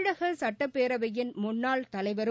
தமிழக சட்டப்பேரவையின் முன்னாள் தலைவரும்